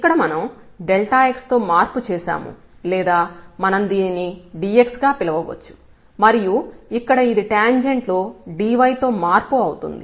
ఇక్కడ మనం x తో మార్పు చేశాము లేదా మనం దీనిని dx గా పిలవవచ్చు మరియు ఇక్కడ అది టాంజెంట్ లో dy తో మార్పు అవుతుంది